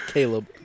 Caleb